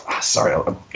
Sorry